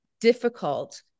difficult